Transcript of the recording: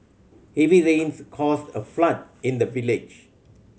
heavy rains caused a flood in the village